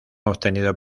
obtenido